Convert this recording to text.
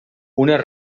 unes